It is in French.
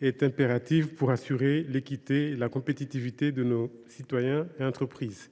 est impérative pour assurer l’équité et la compétitivité de nos citoyens et de nos entreprises.